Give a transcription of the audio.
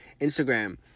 Instagram